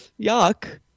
Yuck